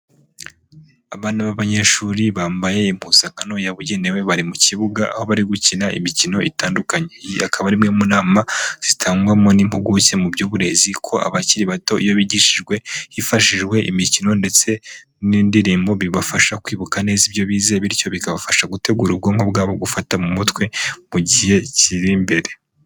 Abana b'abanyeshuri bambaye impuzankano yabugenewe bari mu kibuga aho bari gukina imikino itandukanye, iyi akaba ari imwe mu nama zitangwamo n'impuguke mu by'uburezi ko abakiri bato iyo bigishijwe hifashishijwe imikino ndetse n'indirimbo bibafasha kwibuka neza ibyo bize, bityo bikabafasha gutegura ubwonko bwabo gufata mu mutwe mu gihe kiri imbere.